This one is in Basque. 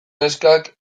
neskak